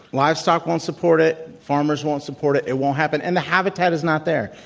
livestock won't support it. farmers won't support it. it won't happen. and the habitat is not there.